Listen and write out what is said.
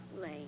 Lane